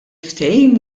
ftehim